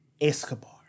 Escobar